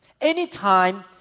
anytime